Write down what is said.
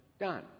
done